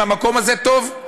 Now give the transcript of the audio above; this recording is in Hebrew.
אם המקום הזה טוב,